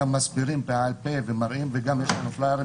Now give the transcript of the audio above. מסבירים בעל פה ומראים וגם יש לנו פלאיירים